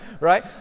right